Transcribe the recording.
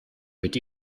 mit